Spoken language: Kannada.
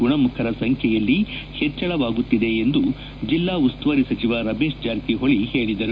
ಗುಣಮಖರ ಸಂಬ್ವೆಯಲ್ಲಿ ಹೆಚ್ಚಳವಾಗುತ್ತಿದೆ ಎಂದು ಜೆಲ್ಲಾ ಉಸ್ತುವಾರಿ ಸಚಿವ ರಮೇಶ್ ಜಾರಿಕಿ ಹೊಳಿ ಹೇಳಿದರು